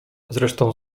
zresztą